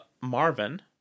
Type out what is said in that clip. Marvin